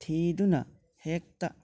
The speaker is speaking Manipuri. ꯊꯤꯗꯨꯅ ꯍꯦꯛꯇ